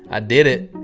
i did it.